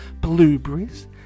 blueberries